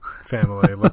family